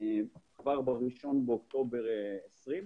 כבר ב-1 אוקטובר 2020,